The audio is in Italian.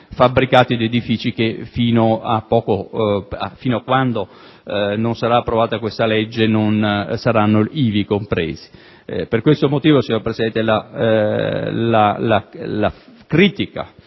di edifici che fino a quando non sarà approvata questa legge non saranno ivi compresi. Signor Presidente, la critica